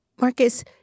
Marcus